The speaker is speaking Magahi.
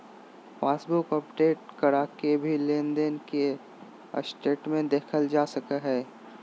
पासबुक अपडेट करा के भी लेनदेन के स्टेटमेंट देखल जा सकय हय